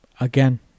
Again